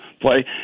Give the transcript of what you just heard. play